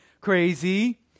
crazy